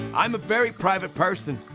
i'm a very private person.